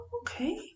okay